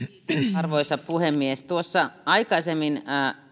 arvoisa puhemies tuossa aikaisemmin